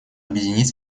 объединить